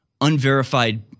unverified